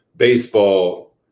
baseball